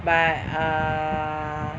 but err